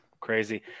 crazy